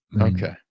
Okay